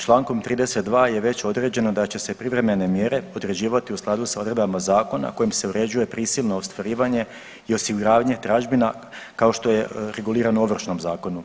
Čl. 32. je već određeno da će se privremene mjere određivati u skladu s odredbama zakona kojim se uređuje prisilno ostvarivanje i osiguravanje tražbina kao što je regulirano u Ovršnom zakonu.